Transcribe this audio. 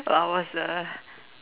I was a